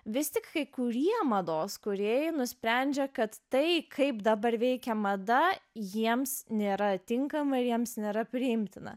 vis tik kai kurie mados kūrėjai nusprendžia kad tai kaip dabar veikia mada jiems nėra tinkama ir jiems nėra priimtina